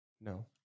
No